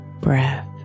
breath